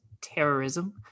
terrorism